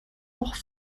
noch